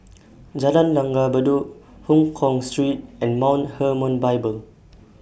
Jalan Langgar Bedok Hongkong Street and Mount Hermon Bible